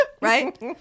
Right